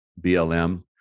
blm